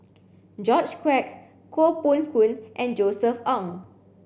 George Quek Koh Poh Koon and Josef Ng